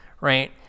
Right